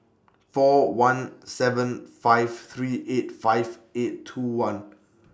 four one seven five three eight five eight two one